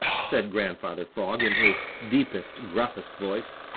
said grandfather frog in his deepest, gruffest voice.